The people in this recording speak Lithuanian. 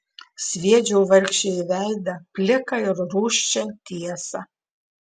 sviedžiau vargšei į veidą pliką ir rūsčią tiesą